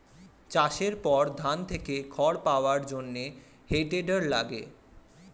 চাষের পর ধান থেকে খড় পাওয়ার জন্যে হে টেডার লাগে